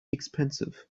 expensive